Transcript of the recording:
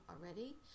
already